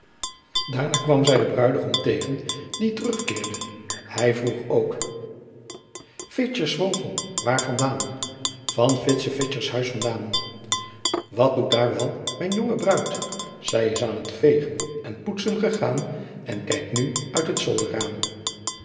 daarna kwam zij den bruidegom tegen die terugkeerde hij vroeg ook fitscher's vogel waar vandaan van fitse fitscher's huis vandaan wat doet daar wel mijn jonge bruid zij is aan t vegen en poetsen gegaan en kijkt nu uit het